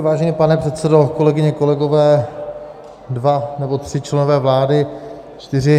Vážený pane předsedo, kolegyně, kolegové, dva nebo tři členové vlády, čtyři.